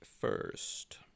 first